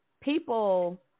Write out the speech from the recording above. people